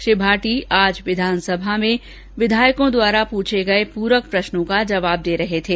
श्री भाटी आज विधानसभा में विधायकों द्वारा पूछे पूरक प्रश्नों का उत्तर दे रहे थे